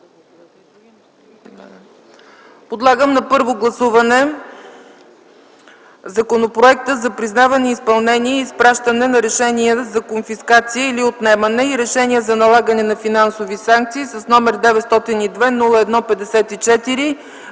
гласуваме на първо четене Законопроект за признаване, изпълнение и изпращане на решения за конфискация или отнемане и решения за налагане на финансови санкции, № 902-01-54,